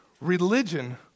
Religion